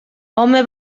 home